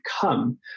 come